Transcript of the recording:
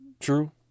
True